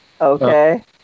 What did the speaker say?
okay